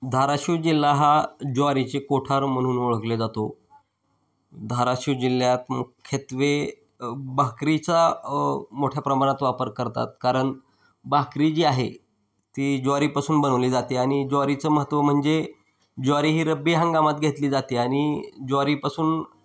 धाराशिव जिल्हा हा ज्वारीचे कोठार म्हणून ओळखल्या जातो धाराशिव जिल्ह्यात मुख्यत्वे भाकरीचा मोठ्या प्रमाणात वापर करतात कारण भाकरी जी आहे ती ज्वारीपासून बनवली जाते आणि ज्वारीचं महत्त्व म्हणजे ज्वारी ही रब्बी हंगामात घेतली जाते आणि ज्वारीपासून